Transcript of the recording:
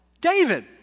David